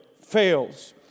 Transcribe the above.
fails